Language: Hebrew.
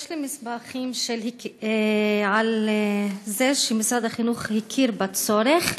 יש לי מסמכים על זה שמשרד החינוך הכיר בצורך,